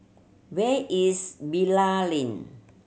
where is Bilal Lane